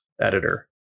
editor